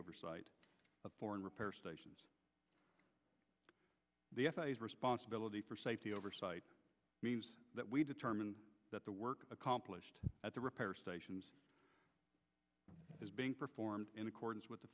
oversight of foreign repair stations the responsibility for safety oversight that we determine that the work accomplished at the repair stations is being performed in accordance with the